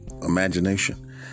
imagination